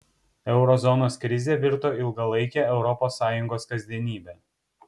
euro zonos krizė virto ilgalaike europos sąjungos kasdienybe